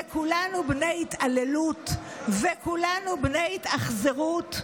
וכולנו בני התעללות, וכולנו בני התאכזרות,